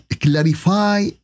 clarify